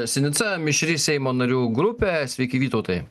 sinica mišri seimo narių grupė sveiki vytautai